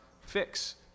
fix